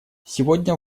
сегодня